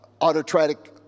autocratic